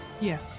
Yes